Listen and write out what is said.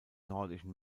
nordischen